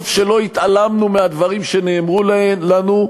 טוב שלא התעלמנו מהדברים שנאמרו לנו,